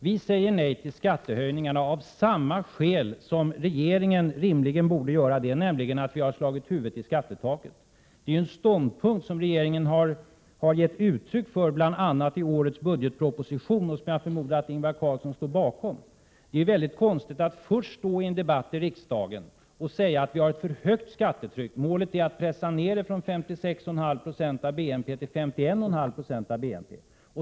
Vi säger nej till skattehöjningarna, av samma skäl som regeringen rimligen borde göra det, nämligen att vi har slagit huvudet i skattetaket. Det är ju en ståndpunkt som regeringen har gett uttryck för, bl.a. i årets budgetproposition, och som jag förmodar att Ingvar Carlsson står bakom. Det är mycket konstigt att först i en debatt i riksdagen säga att vi har för högt skattetryck. Målet är att pressa ned det från — Prot. 1987/88:96 56,5 90 av BNP till 51,1 20 av BNP.